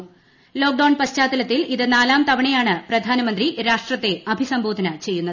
ക് ല്ട്ടേക്ഡൌൺ പശ്ചാത്തലത്തിൽ ഇത് നാലാം തവണയാണ് പ്രധാന്ത്മന്ത്രി രാജ്യത്തെ അഭിസംബോധന ചെയ്യുന്നത്